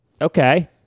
Okay